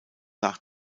nach